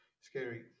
scary